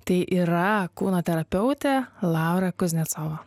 tai yra kūno terapeutė laura kuznecova